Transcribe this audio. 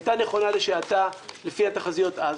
הייתה נכונה לשעתה לפי התחזיות אז.